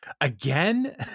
again